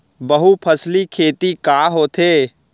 बहुफसली खेती का होथे?